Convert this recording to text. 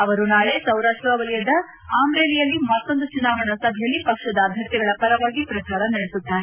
ಅವರು ನಾಳೆ ಸೌರಾಷ್ನ ವಲಯದ ಅಂದ್ರೇಲಿಯಲ್ಲಿ ಮತ್ತೊಂದು ಚುನಾವಣಾ ಸಭೆಯಲ್ಲಿ ಪಕ್ಷದ ಅಭ್ವರ್ಥಿಗಳ ಪರವಾಗಿ ಪ್ರಚಾರ ನಡೆಸುತ್ತಾರೆ